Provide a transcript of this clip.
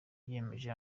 yemeje